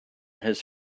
his